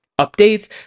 updates